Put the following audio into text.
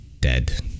dead